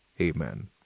Amen